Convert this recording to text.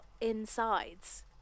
insides